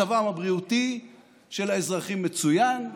מצבם הבריאותי של האזרחים מצוין,